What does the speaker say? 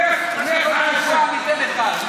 כל שבוע ניתן אחת.